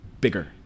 bigger